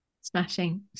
Smashing